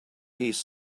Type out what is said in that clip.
piece